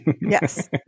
Yes